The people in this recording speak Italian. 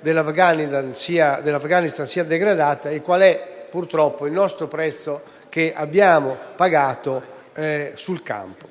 dell'Afghanistan sia degradata e qual è stato purtroppo il prezzo che abbiamo pagato sul campo.